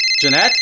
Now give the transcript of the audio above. Jeanette